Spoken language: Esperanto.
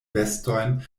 vestojn